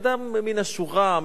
אדם מן השורה,